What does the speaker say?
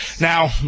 Now